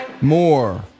More